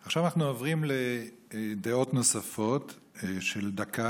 עכשיו אנחנו עוברים לדעות נוספות של דקה.